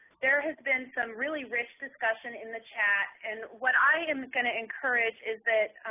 there has been some really rich discussion in the chat. and what i am going to encourage is that,